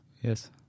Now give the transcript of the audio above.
Yes